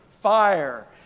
fire